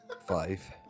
Five